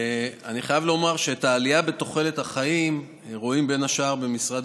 אני חייב לומר שאת העלייה בתוחלת החיים רואים בין השאר במשרד